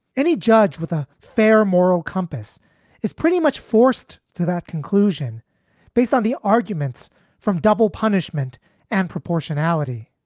any judge with a fair moral compass is pretty much forced to that conclusion based on the arguments from double punishment and proportionality.